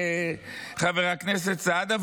חבר הכנסת סעדה,